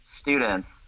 students